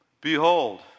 Behold